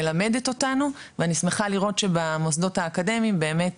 מלמדת אותנו ואני שמחה לראות שבמוסדות האקדמיים באמת